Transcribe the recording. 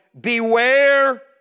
beware